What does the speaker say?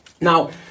Now